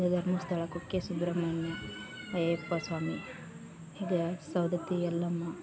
ಧರ್ಮಸ್ಥಳ ಕುಕ್ಕೆಸುಬ್ರಮಣ್ಯ ಅಯ್ಯಪ್ಪಸ್ವಾಮಿ ಹೀಗೆ ಸವದತ್ತಿ ಎಲ್ಲಮ್ಮ